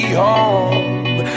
home